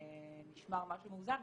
נשמר משהו מאוזן,